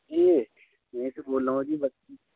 جی یہیں سے بول رہا ہوں جی بس